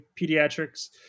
Pediatrics